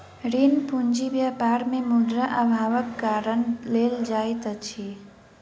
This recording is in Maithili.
ऋण पूंजी व्यापार मे मुद्रा अभावक कारण लेल जाइत अछि